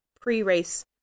pre-race